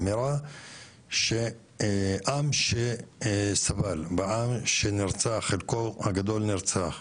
אמירה שעם שסבל ועם שחלקו הגדול נרצח,